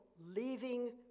leaving